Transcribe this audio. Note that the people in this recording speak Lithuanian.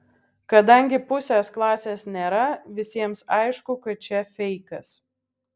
kadangi pusės klasės nėra visiems aišku kad čia feikas